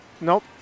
Nope